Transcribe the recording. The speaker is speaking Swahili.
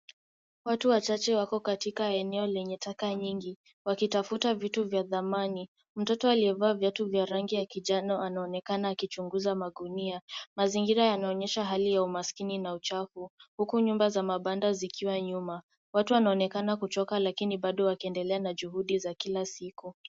Watu wachache wako katika eneo lenye taka nyingi, wakitafuta vitu vya dhamani. Mtoto aliyevaa viatu vya rangi ya kijani anaonekana akichunguza magunia. Mazingira yanaonyesha hali ya umaskini na uchafu, huku nyumba za mabanda zikiwa nyuma. Watu wanaonekana kuchoka lakini bado wakiendelea na juhudi za kila siku.